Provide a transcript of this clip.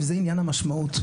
וזה עניין המשמעות.